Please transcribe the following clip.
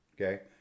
Okay